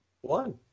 One